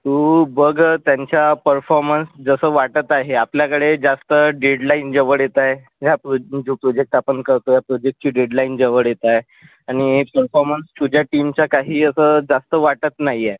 तू बघ त्यांच्या परफॉर्मन्स वाटत आहे आपल्याकडे जास्त डेडलाईन जवळ येत आहे ह्या प्रो जो प्रोजेक्ट आपण करतो प्रोजेक्टची डेडलाईन जवळ येत आहे आणि परफॉर्मन्स तुझ्या टीमचा काही असं जास्त वाटत नाही आहे